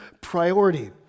priority